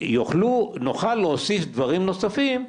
נוכל להוסיף דברים נוספים,